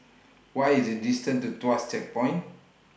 What IS The distance to Tuas Checkpoint